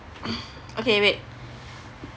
okay wait